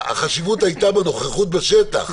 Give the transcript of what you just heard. החשיבות הייתה בנוכחות בשטח.